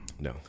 no